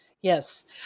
Yes